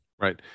Right